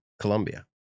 Colombia